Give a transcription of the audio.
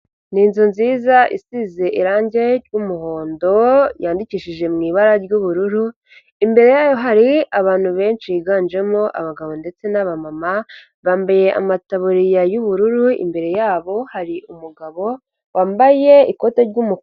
Ni inzu nziza isize irange ry'umuhondo yandikishije mu ibara ry'ubururu, imbere yayo hari abantu benshi biganjemo abagabo ndetse n'abamama, bambaye amataburiya y'ubururu imbere yabo hari umugabo wambaye ikoti ry'umutuku.